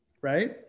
right